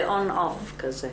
זה on-off כזה.